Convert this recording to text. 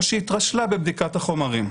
או שהיא התרשלה בבדיקת החומרים".